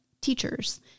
teachers